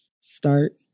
start